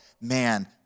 man